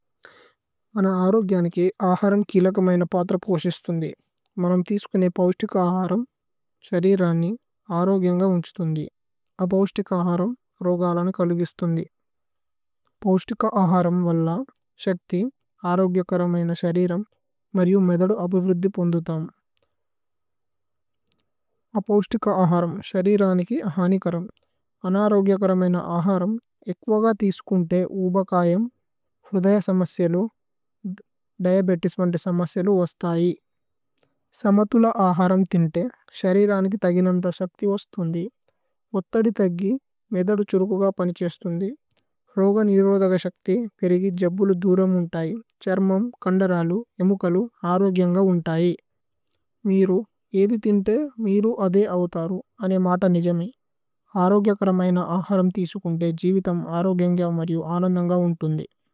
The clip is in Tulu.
അന അരോഗിഅനകി അഹരമകിലകമയന പതരപോശിസതന്ദി, മനമഥിസകന്ദി പൌശതിക അഹരമ് ശരിരനി അരോഗിഅ സരമമ, കന്ദരലമ്। മ്കലമ് അരോഗിഅന്ഗ ഉന്തൈ, മ്രി, ഏദി തിന്തി മിരു അദിയഓതര അനിയമത നിജമ് അരോഗിയകരമയന അഹരമ് ഥിസികന്തി ജിവിഥമ് അരോഗിഅന്ഗ മരിഅമ് അനന്ദന്ഗ ഉന്തൈ।